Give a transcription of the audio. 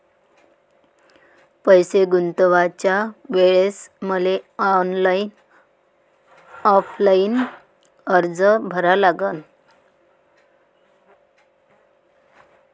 पैसे गुंतवाच्या वेळेसं मले ऑफलाईन अर्ज भरा लागन का?